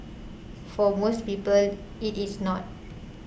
for most people it is not